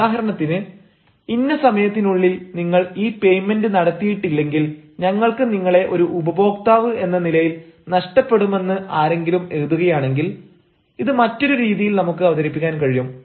ഉദാഹരണത്തിന് ഇന്ന സമയത്തിനുള്ളിൽ നിങ്ങൾ ഈ പെയ്മെന്റ് നടത്തിയിട്ടില്ലെങ്കിൽ ഞങ്ങൾക്ക് നിങ്ങളെ ഒരു ഉപഭോക്താവ് എന്ന നിലയിൽ നഷ്ടപ്പെടുമെന്ന് ആരെങ്കിലും എഴുതുകയാണെങ്കിൽ ഇത് മറ്റൊരു രീതിയിൽ നമുക്ക് അവതരിപ്പിക്കാൻ കഴിയും